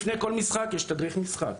לפני כל משחק יש תדריך משחק,